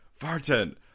Vartan